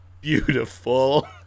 beautiful